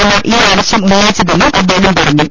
A മാർ ഈ ആവശ്യം ഉന്നയിച്ചതെന്നും അദ്ദേഹം പറഞ്ഞു